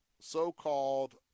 so-called